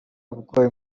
ubwoba